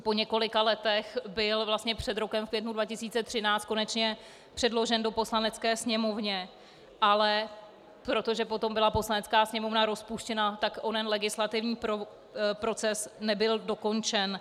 Po několika letech byl vlastně před rokem v květnu 2013 konečně předložen do Poslanecké sněmovny, ale protože potom byla Poslanecká sněmovna rozpuštěna, nebyl onen legislativní proces dokončen.